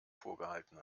vorgehalten